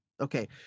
Okay